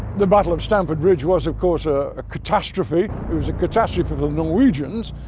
the battle of stamford bridge was of course ah a catastrophe. it was a catastrophe for the norwegians,